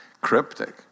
cryptic